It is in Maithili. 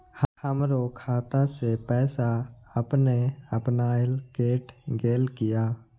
हमरो खाता से पैसा अपने अपनायल केट गेल किया?